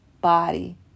body